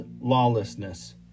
lawlessness